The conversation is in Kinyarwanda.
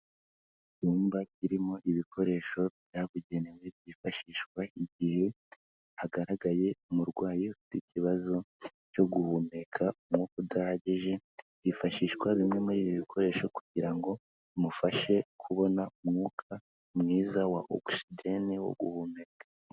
Icyumba kirimo ibikoresho byabugenewe byifashishwa igihe, hagaragaye umurwayi ufite ikibazo cyo guhumeka umwuka udahagije, hifashishwa bimwe muri ibi bikoresho kugira ngo bimufashe kubona umwuka mwiza wa oxygen wo guhumeka.